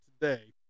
today